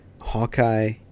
hawkeye